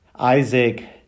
Isaac